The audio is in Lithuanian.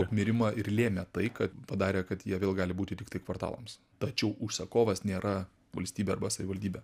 apmirimą ir lėmė tai kad padarė kad jie vėl gali būti tiktai kvartalams tačiau užsakovas nėra valstybė arba savivaldybė